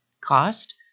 Cost